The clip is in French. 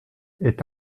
est